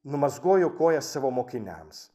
numazgojo kojas savo mokiniams